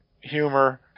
humor